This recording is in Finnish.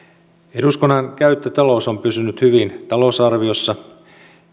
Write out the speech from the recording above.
eduskunnan käyttötalous on pysynyt hyvin talousarviossa